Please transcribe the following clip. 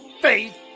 faith